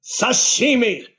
Sashimi